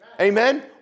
Amen